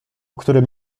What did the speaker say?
którym